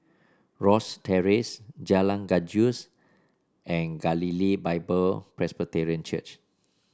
Rosyth Terrace Jalan Gajus and Galilee Bible Presbyterian Church